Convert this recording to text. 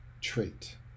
trait